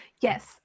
Yes